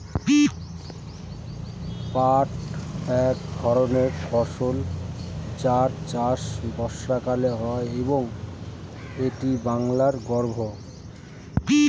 পাট এক ধরনের ফসল যার চাষ বর্ষাকালে হয় এবং এটি বাংলার গর্ব